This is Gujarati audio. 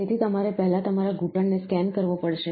તેથી તમારે પહેલા તમારા ઘૂંટણને સ્કેન કરવો પડશે